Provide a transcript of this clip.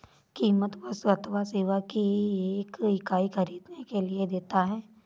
कीमत वस्तु अथवा सेवा की एक इकाई ख़रीदने के लिए देता है